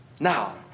Now